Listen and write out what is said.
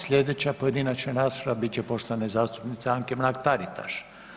Sljedeća pojedinačna rasprava bit će poštovane zastupnice Anke Mrak Taritaš.